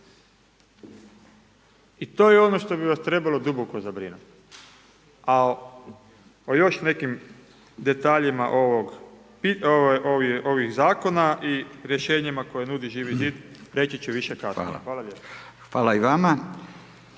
I to je ono što bi vas trebalo duboko zabrinuti. A o još nekim detaljima ovih zakona i rješenjima koje nudi Živi zid reći ću više kasnije. Hvala lijepa.